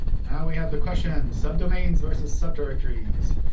now we have the question, subdomains versus subdirectories.